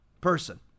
person